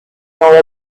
nor